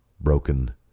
Broken